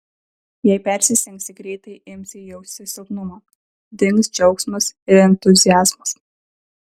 jei persistengsi greitai imsi jausti silpnumą dings džiaugsmas ir entuziazmas